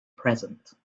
present